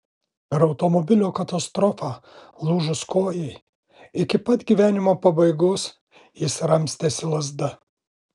per automobilio katastrofą lūžus kojai iki pat gyvenimo pabaigos jis ramstėsi lazda